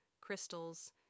crystals